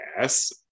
yes